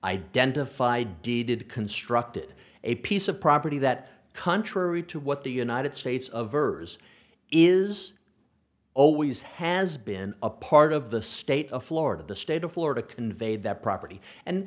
identify deeded constructed a piece of property that contrary to what the united states of hers is always has been a part of the state of florida the state of florida conveyed that property and